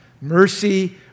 mercy